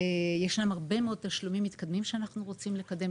אגב, בנושא הזה אנחנו תמכנו במציאת סידור.